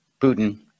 Putin